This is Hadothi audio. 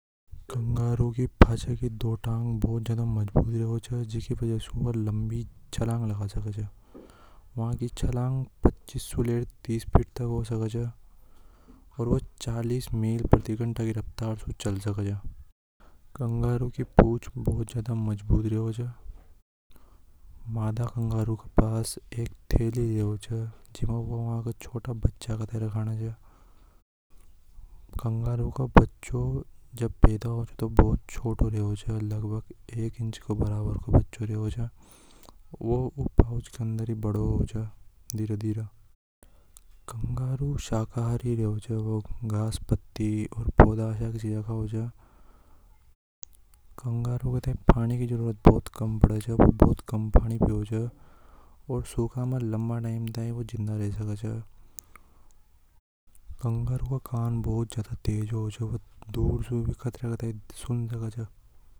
कंगारू की पचे दो टांग बहुत ज्यादा मजबूत रेव छ जिसे वे जी चावे जतरी छलांग लगा सके से वा की छलांग पच्चीस से लेर तिस फिट होवे छ कंगारु चालीस मील प्रति घंटा की रफ्तार से चल सके। से कंगारु की पूछ बहुत ज्यादा मजबूत रेव छ मादा कंगारू के पास एक थैली रेवे छे जिम वे उनका छोटा बच्चा रखा ने छ कंगारु को बच्चों जब पैदा होवे तो बहुत छोटों रेवे छ लगभग एक इंच के बराबर को बच्चों रेवे छ। वो ऊके अंदर ही बड़ो होवे छ धीरे धीरे कंगारू शाकाहारी रेवे छे वे घास पती खावे छ कंगारू को पानी की जरूरत बहुत कम पड़े छ ये बहुत कम पानी पावे छ औरसिखा में लंबा टाइम तक वे जिंदा रे सके छ कंगारू का कान बहुत तेज होवे छ वे खतरा ए सुन सके है।